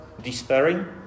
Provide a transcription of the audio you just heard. despairing